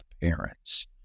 parents